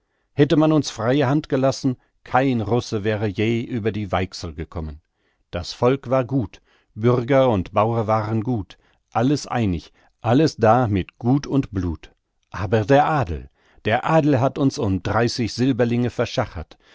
hätte man uns freie hand gelassen kein russe wäre je über die weichsel gekommen das volk war gut bürger und bauer waren gut alles einig alles da mit gut und blut aber der adel der adel hat uns um dreißig silberlinge verschachert